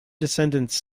descendants